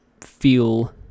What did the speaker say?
feel